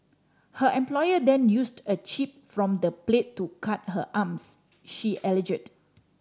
her employer then used a chip from the plate to cut her arms she alleged